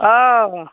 অঁ